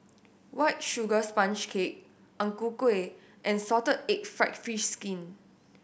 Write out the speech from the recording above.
White Sugar Sponge Cake Ang Ku Kueh and salted egg fried fish skin